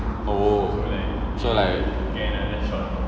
oh so like